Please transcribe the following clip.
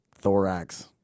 thorax